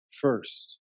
first